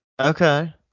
Okay